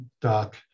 doc